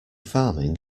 farming